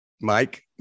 Mike